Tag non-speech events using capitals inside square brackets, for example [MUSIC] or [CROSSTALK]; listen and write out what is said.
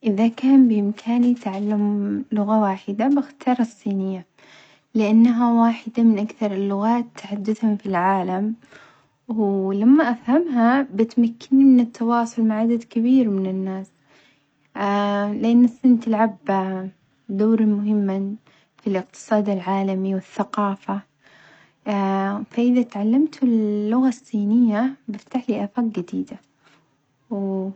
إذا كان بإمكاني تعلم لغة واحدة بختار الصينية لأنها واحدة من أكثر اللغات تحدثًا في العالم ولما أفهمها بتمكني من التواصل مع عدد كبير من الناس، [HESITATION] لأن الصين تلعب دورًا مهمًا في الإقتصاد العالمي والثقافة [HESITATION] فإذا تعلمت اللغة الصينية تفتحلي آفاق جديدة و.